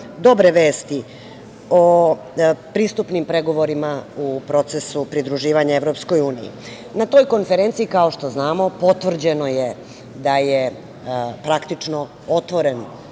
dobre vesti o pristupnim pregovorima u procesu pridruživanja EU.Na toj konferenciji kao što znamo potvrđeno je da je praktično otvoren